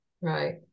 right